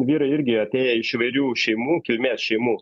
vyrai irgi atėję iš įvairių šeimų kilmės šeimų